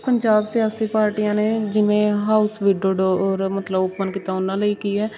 ਪੰਜਾਬ ਸਿਆਸੀ ਪਾਰਟੀਆਂ ਨੇ ਜਿਵੇਂ ਹਾਊਸ ਵਿਡੋ ਡੋਰ ਮਤਲਬ ਓਪਨ ਕੀਤਾ ਉਹਨਾਂ ਲਈ ਕੀ ਹੈ